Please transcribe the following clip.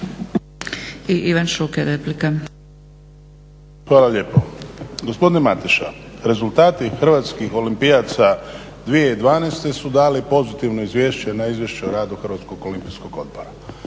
Ivan (HDZ)** Hvala lijepo. Gospodine Matiša, rezultati hrvatskih olimpijaca 2012. su dali pozitivno izvješće na Izvješće o radu Hrvatskog olimpijskog odbora